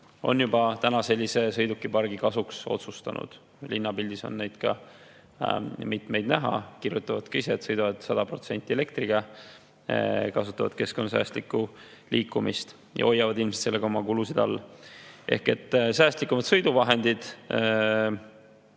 on juba sellise sõidukipargi kasuks otsustanud. Linnapildis on mitmeid [selliseid sõidukeid] näha, nad kirjutavad ka ise, et sõidavad 100% elektriga, kasutavad keskkonnasäästlikku liikumist, ja hoiavad ilmselt sellega oma kulusid all. Säästlikumad sõiduvahendid,